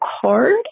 card